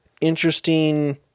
interesting